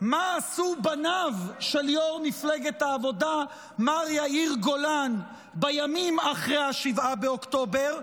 מה עשו בניו של יו"ר מפלגת העבודה מר יאיר גולן בימים אחרי 7 באוקטובר,